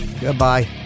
goodbye